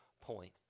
point